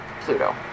Pluto